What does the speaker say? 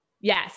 Yes